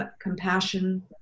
compassion